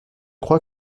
crois